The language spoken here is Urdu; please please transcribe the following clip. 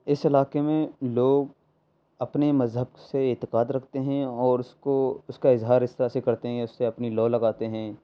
اس علاقے میں لوگ اپنے مذہب سے اعتقاد رکھتے ہیں اور اس کو اس کا اظہار اس طرح سے کرتے ہیں یا اس سے اپنی لو لگاتے ہیں